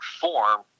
form